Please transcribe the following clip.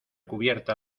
cubierta